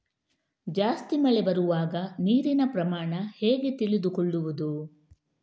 ಜಾಸ್ತಿ ಮಳೆ ಬರುವಾಗ ನೀರಿನ ಪ್ರಮಾಣ ಹೇಗೆ ತಿಳಿದುಕೊಳ್ಳುವುದು?